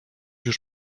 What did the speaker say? już